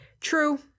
True